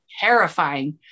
Terrifying